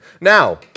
Now